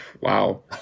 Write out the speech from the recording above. wow